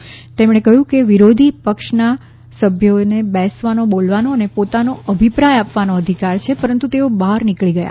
શ્રી જાવડેકરે કહ્યું કે વિરોધી પક્ષના સભ્યોને બેસવાનો બોલવાનો અને પોતાનો અભિપ્રાય આપવાનો અધિકાર છે પરંતુ તેઓ બહાર નીકળી ગયા